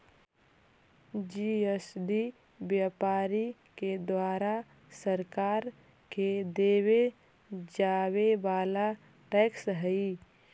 GST व्यापारि के द्वारा सरकार के देवे जावे वाला टैक्स हई